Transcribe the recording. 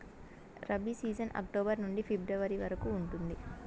rabi season October నుండి February వరకు ఉంటుంది